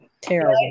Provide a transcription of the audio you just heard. Terrible